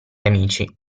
amici